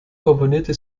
komponierte